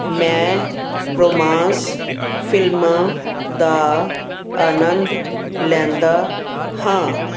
ਮੈਂ ਰੋਮਾਂਸ ਫਿਲਮਾਂ ਦਾ ਅਨੰਦ ਲੈਂਦਾ ਹਾਂ